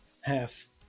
half